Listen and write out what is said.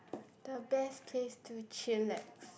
the best place to chillax